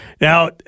Now